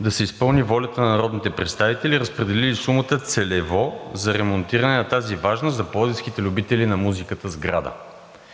да се изпълни волята на народните представители, разпределили сумата в целево за ремонтиране на тази важна за пловдивските любители на музиката сграда.